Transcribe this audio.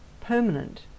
permanent